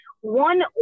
One